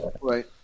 Right